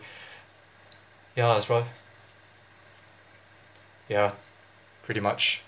ya it' prob~ ya pretty much